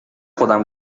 خودم